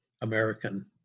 American